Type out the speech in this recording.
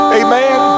amen